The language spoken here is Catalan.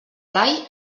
blai